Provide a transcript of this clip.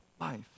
life